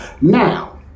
Now